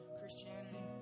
christianity